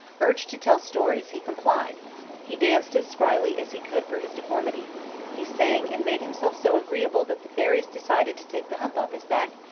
urged to tell stories, he complied he danced as spryly as he could for his deformity he sang, and made himself so agreeable that the fairies decided to take the hump off his back,